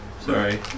Sorry